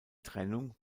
trennung